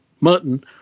mutton